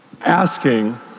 asking